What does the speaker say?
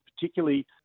particularly